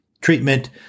treatment